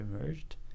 emerged